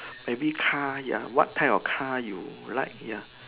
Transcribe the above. maybe car ya what type of car you like ya